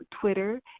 Twitter